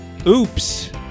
Oops